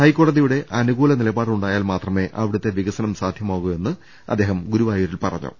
ഹൈക്കോ ടതിയുടെ അനുകൂല നിലപാടുണ്ടായാൽ മാത്രമേ അവി ടുത്തെ വികസനം സാധ്യമാകൂ എന്നും അദ്ദേഹം ഗുരുവാ യൂരിൽ പറഞ്ഞു